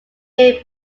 named